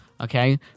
okay